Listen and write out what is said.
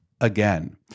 again